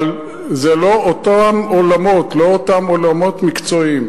אבל זה לא אותם עולמות, לא אותם עולמות מקצועיים.